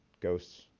ghosts